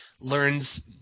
learns